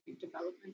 development